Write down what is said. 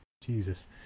Jesus